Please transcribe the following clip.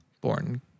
born